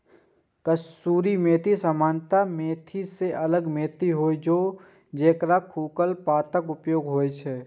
कसूरी मेथी सामान्य मेथी सं अलग मेथी होइ छै, जेकर सूखल पातक उपयोग होइ छै